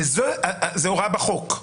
זאת הוראה בחוק.